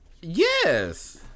Yes